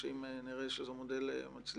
אם נראה שזה מודל מצליח,